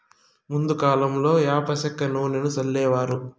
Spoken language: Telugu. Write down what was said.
ముందు కాలంలో యాప సెక్క నూనెను సల్లేవారు